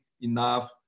enough